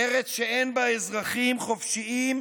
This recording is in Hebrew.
ארץ שאין בה אזרחים חופשיים,